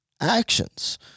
actions